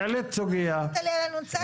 לא ענית לי על הנ"צ.